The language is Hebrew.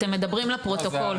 אתם מדברים לפרוטוקול.